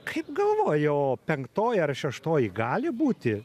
kaip galvoji p penktoji ar šeštoji gali būti